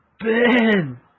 Ben